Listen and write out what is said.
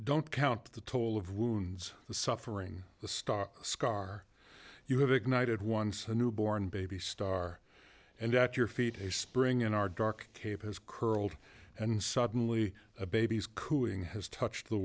don't count the toll of wounds the suffering the star scar you have ignited once a newborn baby star and at your feet a spring in our dark cave has curled and suddenly a baby's cooing has touched the